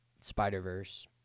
Spider-Verse